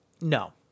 No